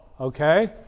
okay